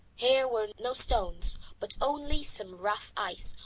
here were no stones, but only some rough ice,